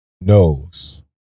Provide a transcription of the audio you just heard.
knows